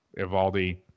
Evaldi